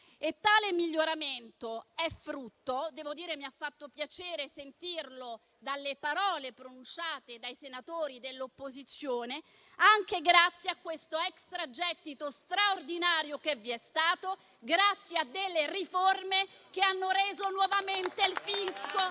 E tale miglioramento è frutto - devo dire che mi ha fatto piacere sentirlo dalle parole pronunciate dai senatori dell'opposizione - anche dell'extragettito straordinario che vi è stato grazie a delle riforme che hanno reso il fisco